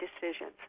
decisions